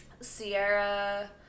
Sierra